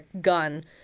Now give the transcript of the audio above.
gun